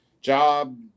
job